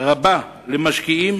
רבה למשקיעים,